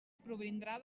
provindrà